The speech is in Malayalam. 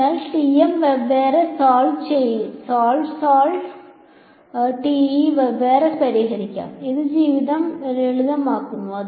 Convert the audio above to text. അതിനാൽ ടിഎം വെവ്വേറെ സോൾവ് സോൾവ് TE യെ വെവ്വേറെ പരിഹരിക്കാം അത് ജീവിതം ലളിതമാക്കുന്നു